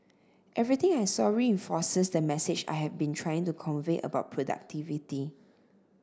everything I saw reinforces the message I have been trying to convey about productivity